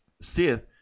sith